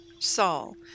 Saul